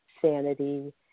sanity